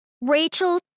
Rachel